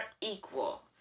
equal